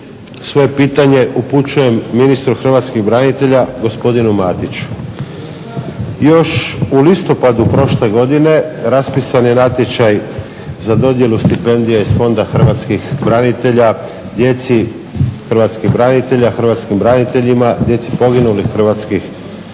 Svoje pitanje upućujem ministru hrvatskih branitelja gospodinu Matiću. Još u listopadu prošle godine raspisan je natječaj za dodjelu stipendija iz Fonda hrvatskih branitelja djeci hrvatskih branitelja, hrvatskim braniteljima, djeci poginulih hrvatskih branitelja.